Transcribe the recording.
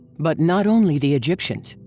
but not only the egyptians,